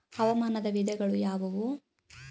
ಹವಾಮಾನದ ವಿಧಗಳು ಯಾವುವು?